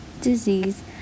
disease